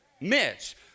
Mitch